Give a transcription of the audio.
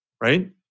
Right